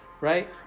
right